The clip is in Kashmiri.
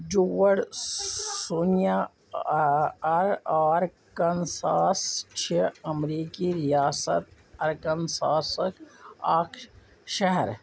جوڈ سونیا آ آ آرکنساس چھےٚ امریٖکی ریاست آرکنساسک اکھ شہر